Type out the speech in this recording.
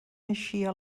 eixia